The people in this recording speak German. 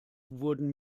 wurden